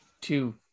two